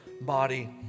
body